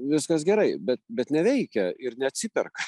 viskas gerai bet bet neveikia ir neatsiperka